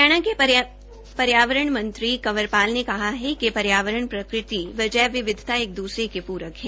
हरियाणा के पर्यावरण मंत्री कंवल पाल ने कहा है कि पर्यावरण प्रकृति एवं जैव विविधता एक दूसरे के पूरक है